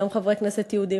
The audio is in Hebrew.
גם חברי כנסת יהודים,